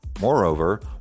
Moreover